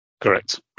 Correct